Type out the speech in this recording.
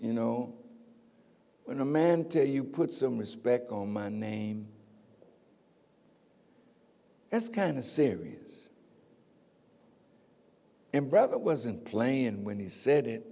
you know when a man to you put some respect on my name that's kind of serious and brother wasn't playing when he said it